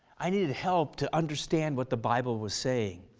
i needed help to understand what the bible was saying.